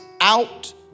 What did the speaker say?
out